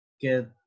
get